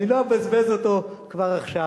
לא אבזבז אותו כבר עכשיו.